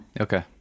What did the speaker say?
Okay